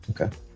Okay